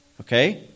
okay